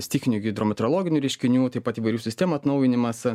stichinių hidrometeorologinių reiškinių taip pat įvairių sistemų atnaujinimas